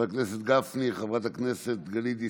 חבר הכנסת גפני, חברת הכנסת גלית דיסטל,